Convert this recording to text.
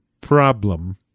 problem